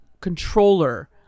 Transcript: controller